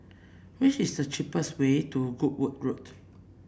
what is the cheapest way to Goodwood Road